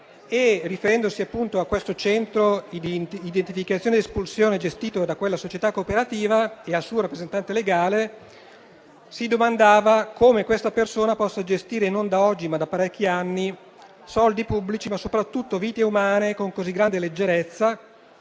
Riferendosi appunto a quel centro di identificazione ed espulsione gestito da quella società cooperativa e al suo rappresentante legale, si domandava «come questa persona possa gestire, e non da oggi ma da parecchi anni, soldi pubblici ma soprattutto vite umane con così grande leggerezza».